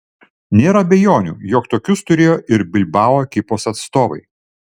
nėra abejonių jog tokius turėjo ir bilbao ekipos atstovai